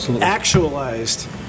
actualized